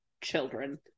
children